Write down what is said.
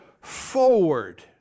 forward